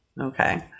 Okay